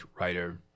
writer